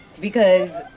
because-